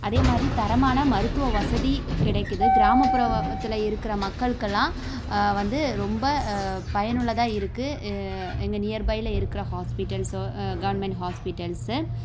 அதே மாதிரி தரமான மருத்துவ வசதி கிடைக்கிது கிராமப்புறத்தில் இருக்கிற மக்களுக்கெல்லாம் வந்து ரொம்ப பயனுள்ளதாக இருக்குது எங்கள் நியர்பையில் இருக்கிற ஹாஸ்பிட்டல்ஸோ கவர்மெண்ட் ஹாஸ்பிட்டல்ஸு